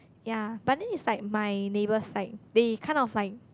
ya but then it's like my neighbour's side they kind of like